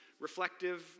Reflective